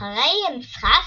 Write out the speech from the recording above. אחרי המשחק,